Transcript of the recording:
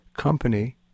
Company